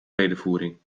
redevoering